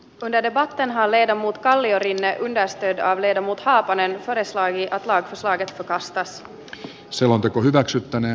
taidedebatten halleina muut kalliorinne asteita on vedonnut haapanen raine sainio kaatosade rastas lakiehdotus hylätään